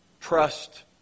trust